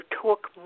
talk